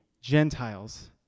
Gentiles